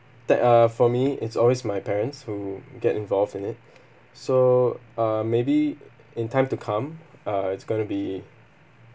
that ah for me it's always my parents who get involved in it so uh maybe in time to come uh it's going to be